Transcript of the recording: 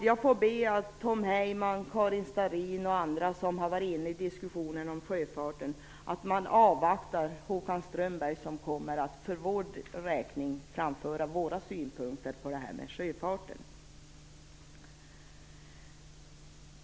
Jag får be Tom Heyman, Karin Starrin och andra som har varit med i diskussionen att avvakta Håkan Strömberg som senare kommer att framföra våra synpunkter på detta med sjöfarten.